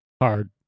Hard